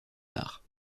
arts